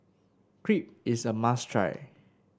crepe is a must try